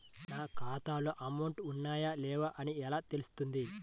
నా ఖాతాలో అమౌంట్ ఉన్నాయా లేవా అని ఎలా తెలుస్తుంది?